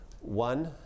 One